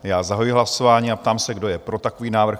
Zahajuji hlasování a ptám se, kdo je pro takový návrh?